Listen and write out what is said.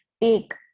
take